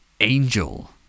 Angel